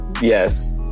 Yes